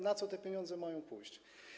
Na co te pieniądze mają pójść?